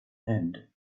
and